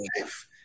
life